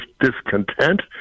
discontent